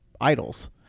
idols